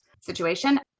situation